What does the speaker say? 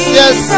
yes